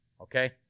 Okay